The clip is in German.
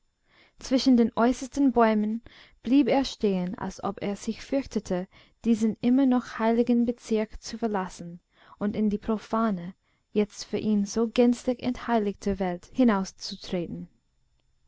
zwischen den äußersten bäumen blieb er stehen als ob er sich fürchtete diesen immer noch heiligen bezirk zu verlassen und in die profane jetzt für ihn so gänzlich entheiligte welt hinauszutreten